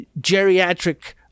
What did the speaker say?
geriatric